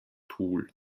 pool